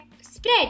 spread